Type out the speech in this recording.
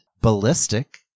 Ballistic